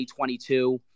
2022